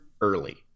early